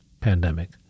pandemic